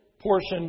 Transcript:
portion